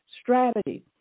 Strategy